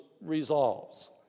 resolves